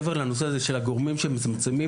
מעבר לנושא של הגורמים שמצמצמים.